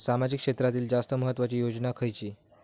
सामाजिक क्षेत्रांतील जास्त महत्त्वाची योजना खयची?